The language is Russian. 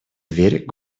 дверь